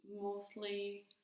mostly